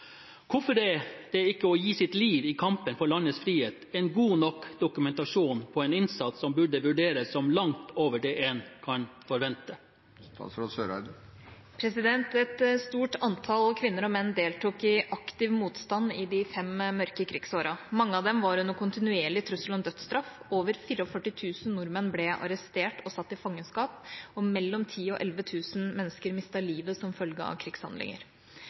Hvorfor er ikke det å gi sitt liv i kampen for landets frihet en god nok dokumentasjon på en innsats som burde vurderes som langt over det en kan forvente?» Et stort antall kvinner og menn deltok i aktiv motstand i de fem mørke krigsårene. Mange av dem var under kontinuerlig trussel om dødsstraff. Over 44 000 nordmenn ble arrestert og satt i fangenskap, og mellom 10 000 og 11 000 mennesker mistet livet som følge av krigshandlinger.